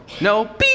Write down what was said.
No